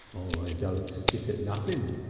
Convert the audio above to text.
i don't stick at nuffin'.